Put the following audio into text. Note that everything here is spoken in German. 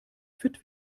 fit